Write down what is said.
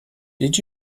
did